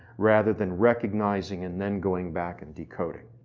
rather than recognizing and then going back and decoding.